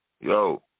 Yo